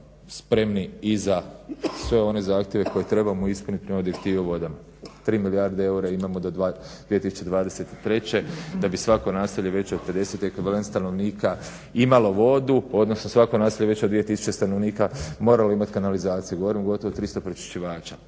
spremni i za sve one zahtjeve koje trebamo …/Govornik se ne razumije./… prema vodama, tri milijarde eura ima do 2023.da bi svako naselje veće od 50 ekvivalent stanovnika imamo vodu odnosno svako naselje veće od 2000 stanovnika moralo imati kanalizaciju, govorimo gotovo o 300 pročišćivača.